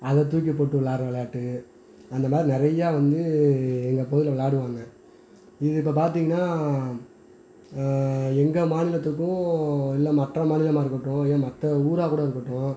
அதை தூக்கிப் போட்டு விளையாட்ற விளையாட்டு அந்த மாதிரி நிறையா வந்து எங்கள் பகுதியில் விளையாடுவாங்க நீங்கள் இப்போ பார்த்திங்கன்னா எங்கள் மாநிலத்துக்கும் இல்லை மற்ற மாநிலமாக இருக்கட்டும் ஏன் மற்ற ஊராகக் கூட இருக்கட்டும்